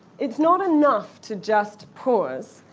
it's not enough to just pause.